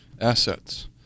assets